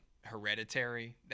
Hereditary